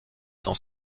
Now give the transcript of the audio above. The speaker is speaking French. dans